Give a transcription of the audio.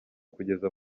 kugeza